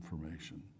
information